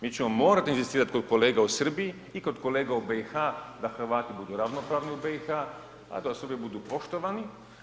Mi ćemo morati inzistirati kod kolega u Srbiji i kod kolega u BiH da Hrvati budu ravnopravni u BiH a da Srbi budu poštovani.